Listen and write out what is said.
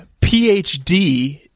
PhD